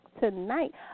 tonight